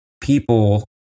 People